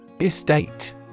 Estate